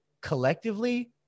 collectively